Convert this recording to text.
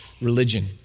religion